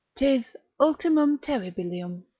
tis ultimum terribilium,